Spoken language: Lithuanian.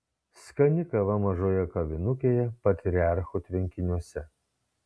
skani kava mažoje kavinukėje patriarchų tvenkiniuose